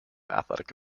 athletics